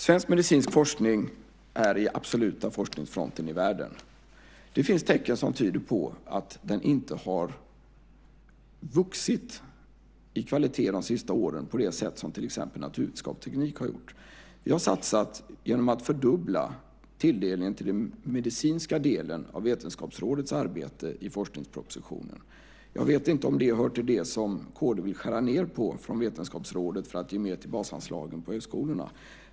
Svensk medicinsk forskning är i absoluta forskningsfronten i världen. Det finns tecken som tyder på att den inte har vuxit i kvalitet de senaste åren på det sätt som till exempel naturvetenskap och teknik har gjort. Vi har i forskningspropositionen fördubblat tilldelningen till den medicinska delen av Vetenskapsrådets arbete. Jag vet inte om det hör till det som kd vill skära ned på från Vetenskapsrådet för att ge mer till basanslagen på högskolorna.